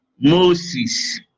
Moses